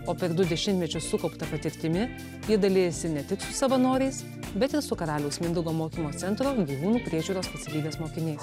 o per du dešimtmečius sukaupta patirtimi ji dalijasi ne tik su savanoriais bet ir su karaliaus mindaugo mokymo centro gyvūnų priežiūros specialybės mokiniais